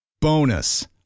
Bonus